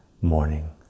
morning